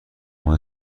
مند